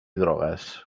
drogues